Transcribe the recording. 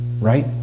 right